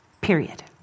Period